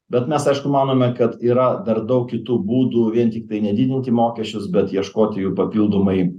bet mes aišku manome kad yra dar daug kitų būdų vien tiktai nedidinti mokesčius bet ieškoti jų papildomai